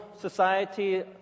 society